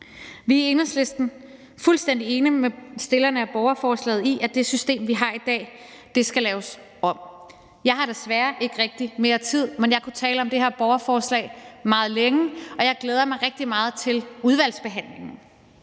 Vi i Enhedslisten er fuldstændig enige med stillerne af borgerforslaget i, at det system, vi har i dag, skal laves om. Jeg har desværre ikke rigtig mere tid, men jeg kunne tale om det her borgerforslag meget længe, og jeg glæder mig rigtig meget til udvalgsbehandlingen.